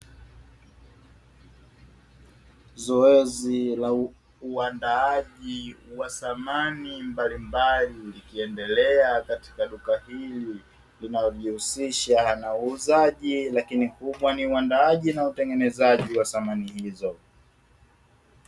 Zoezi la uandaaji wa samani mbalimbali ikiendelea katika duka hili, linalojihusisha na uuzaji lakini pia uandaaji na utengenezaji wa samani hizo.